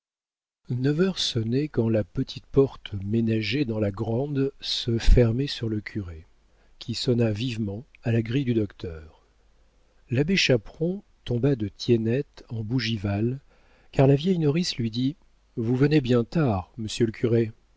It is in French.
neuf heures sonnaient quand la petite porte ménagée dans la grande se fermait sur le curé qui sonna vivement à la grille du docteur l'abbé chaperon tomba de tiennette en bougival car la vieille nourrice lui dit vous venez bien tard monsieur le curé